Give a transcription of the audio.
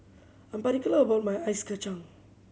I am particular about my ice kacang